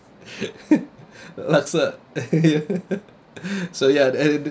laksa so ya and the